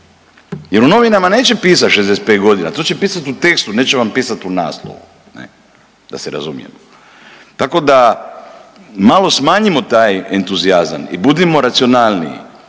jer u novinama neće pisati 65 godina, to će pisati u tekstu, neće vam pisati u naslovu, ne? Da se razumijemo. Tako da, malo smanjimo taj entuzijazam i budimo racionalniji.